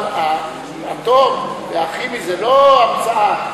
אבל האטום והכימי זו לא המצאה.